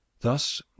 Thus